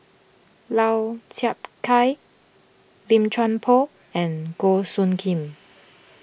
Lau Chiap Khai Lim Chuan Poh and Goh Soo Khim